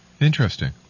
interesting